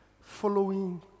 following